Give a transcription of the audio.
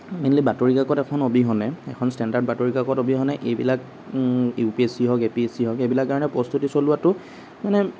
mainly বাতৰি কাকত এখনৰ অবিহনে এখন ষ্টেণ্ডাৰ্ড বাতৰি কাকত অবিহনে এইবিলাক ইউপিএছচি হওক এপিএছচি হওক এইবিলাকৰ কাৰণে প্ৰস্তুতি চলোৱাতো মানে